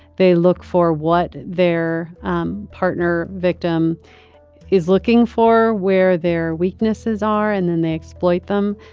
they look for what their um partner victim is looking for, where their weaknesses are, and then they exploit them.